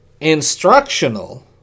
Instructional